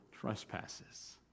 trespasses